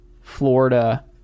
Florida